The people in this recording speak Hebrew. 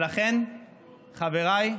לכן, חבריי,